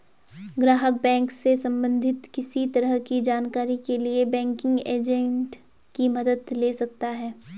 ग्राहक बैंक से सबंधित किसी तरह की जानकारी के लिए बैंकिंग एजेंट की मदद ले सकता है